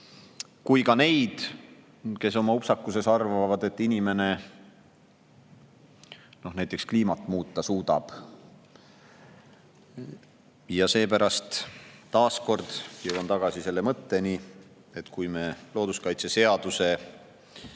kui ka neid, kes oma upsakuses arvavad, et inimene näiteks kliimat muuta suudab. Seepärast taaskord jõuan mõtteni, et kui me looduskaitseseaduse